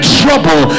trouble